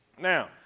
Now